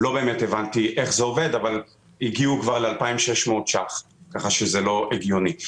לא באמתך הבנתי איך זה עובד אבל הגיעו כבר ל-2,600 שקלים וזה לא הגיוני.